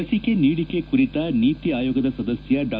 ಲಸಿಕೆ ನೀಡಿಕೆ ಕುರಿತ ನೀತಿ ಆಯೋಗದ ಸದಸ್ಯ ಡಾ